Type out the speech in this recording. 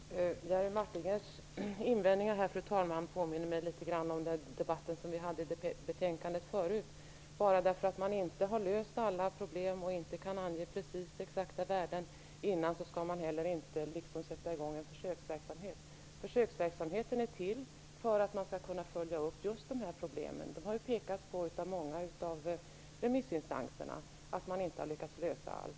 Fru talman! Jerry Martingers invändningar här påminner mig litet grand om den debatt som vi hade i anslutning till föregående betänkande. Bara därför att man inte i förväg har löst alla problem och inte kan ange exakta värden skulle man inte heller sätta i gång en försöksverksamhet. Försöksverksamheten är till för att man skall kunna följa upp just dessa problem. Det har från många av remissinstanserna påpekats att man inte har lyckats lösa allt.